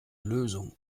lösung